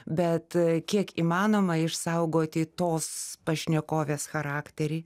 bet kiek įmanoma išsaugoti tos pašnekovės charakterį